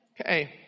Okay